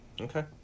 okay